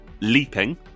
leaping